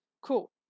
Cool